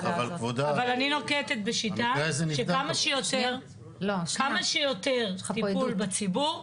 אבל אני נוקטת בשיטה שכמה שיותר טיפול בציבור,